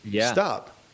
stop